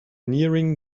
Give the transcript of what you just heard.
nearing